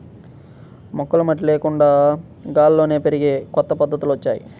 మొక్కలు మట్టి లేకుండా గాల్లోనే పెరిగే కొత్త పద్ధతులొచ్చాయ్